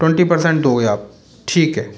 twenty percent दोगे आप ठीक है